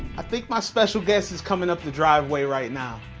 i think my special guest is coming up the driveway right now.